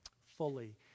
fully